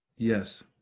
Yes